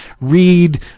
read